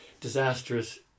disastrous